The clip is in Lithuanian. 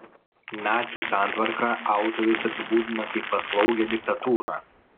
nacių santvarką autorius apibūdina kaip paslaugią diktatūrą